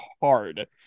hard